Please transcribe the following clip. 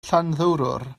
llanddowror